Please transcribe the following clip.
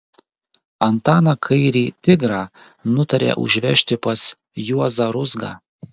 antaną kairį tigrą nutarė užvežti pas juozą ruzgą